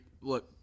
look